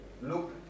look